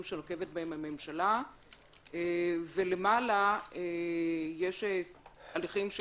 שנוקטת בהם הממשלה ולמעלה יש הליכים,